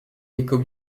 éco